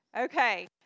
Okay